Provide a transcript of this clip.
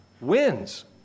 wins